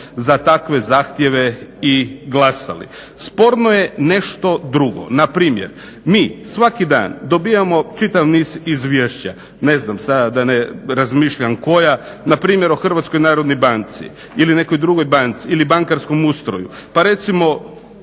za takve zahtjeve i glasali. Sporno je nešto drugo, npr. mi svaki dan dobivamo čitav niz izvješća, ne znam sada da ne razmišljam koja, npr. o HNB-u ili nekoj drugoj banci ili bankarskom ustroju, pa recimo